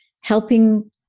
helping